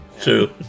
True